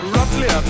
Roughly